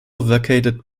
vacated